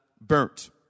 burnt